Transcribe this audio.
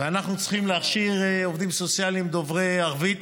ואנחנו צריכים להכשיר עובדים סוציאליים דוברי ערבית,